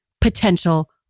potential